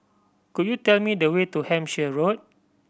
could you tell me the way to Hampshire Road